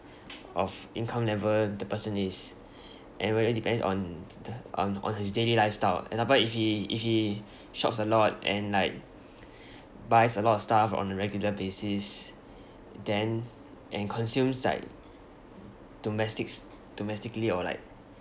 of income level the person is and really depends on on on his daily lifestyle ah example if he if he shops a lot and like buys a lot of stuff on a regular basis then and consumes like domestics~ domestically or like